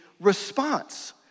response